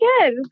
good